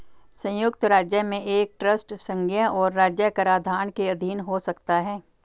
संयुक्त राज्य में एक ट्रस्ट संघीय और राज्य कराधान के अधीन हो सकता है